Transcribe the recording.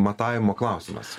matavimo klausimas